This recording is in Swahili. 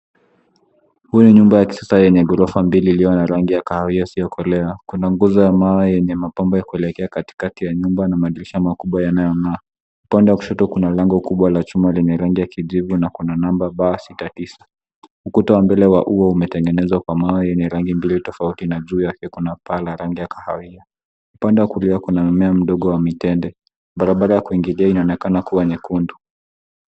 Hii nyumba ya kisasa ina ghorofa mbili na rangi ya kahawia isiyo kali. Kuna ngozi ya mbao yenye mapambo iliyowekwa katikati ya nyumba na madirisha makubwa yenye vioo. Upande wa kushoto kuna lango kubwa la chuma lenye rangi ya kizibiti na namba maalum. Ukuta wa mbele wa ua umetengenezwa kama mbao zenye rangi mbili tofauti, huku sehemu ya juu ikiwa na paa lenye rangi ya kahawia. Upande wa kulia kuna mmea mdogo wa mitende, na barabara ya kuingilia inaonekana kuwa nyekundu.